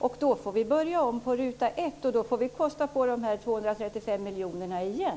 Då får vi börja om på ruta 1, och då får vi kosta på verksamheten dessa 235 miljoner igen.